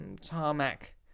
tarmac